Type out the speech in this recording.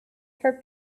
her